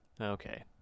okay